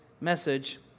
message